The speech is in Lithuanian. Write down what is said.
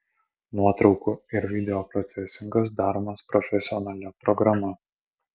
nuotraukų ir video procesingas daromas profesionalia programa